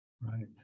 Right